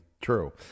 true